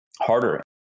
harder